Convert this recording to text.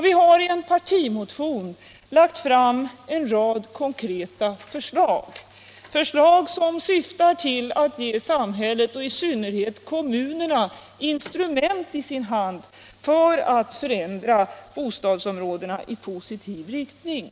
Vi har i en partimotion lagt fram en rad konkreta förslag, som syftar till att ge samhället och i synnerhet kommunerna instrument i sin hand för att förändra bostadsområdena i positiv riktning.